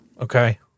Okay